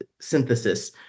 synthesis